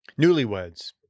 Newlyweds